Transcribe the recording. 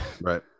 Right